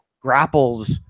grapples